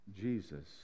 Jesus